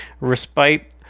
respite